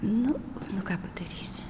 nu nu ką padarysi